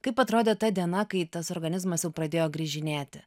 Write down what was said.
kaip atrodė ta diena kai tas organizmas jau pradėjo grįžinėti